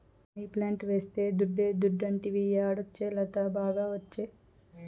money plant వేస్తే దుడ్డే దుడ్డంటివి యాడొచ్చే లత, బాగా ఒచ్చే